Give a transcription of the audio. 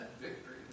victory